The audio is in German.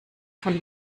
von